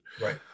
right